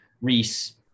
Reese